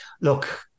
look